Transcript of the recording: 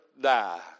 die